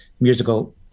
musical